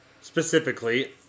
Specifically